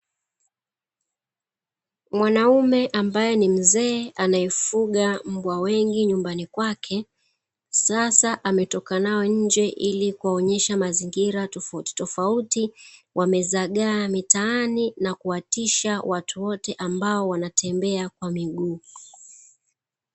Mwanaume ambaye ni mzee anayefuga mbwa wengi nyumbani kwake, sasa ametoka nao nje ili kuwaonyesha mazingira tofautitofauti, wamezagaa mitaani na kuwatisha watu wote ambao wanatembea kwa miguu.